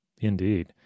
Indeed